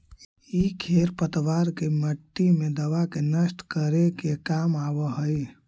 इ खेर पतवार के मट्टी मे दबा के नष्ट करे के काम आवऽ हई